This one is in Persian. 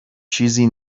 چیزی